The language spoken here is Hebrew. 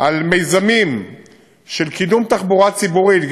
על מיזמים של קידום תחבורה ציבורית,